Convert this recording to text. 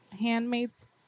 Handmaid's